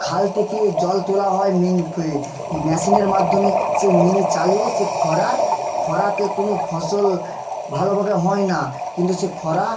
খাল থেকে জল তোলা হয় মিনি পে ম্যাশিনের মাধ্যমে সেই মিনি চালিয়ে সে খরার খরাতে কোনো ফসল ভালোভাবে হয় না কিন্তু সে খরা